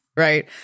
Right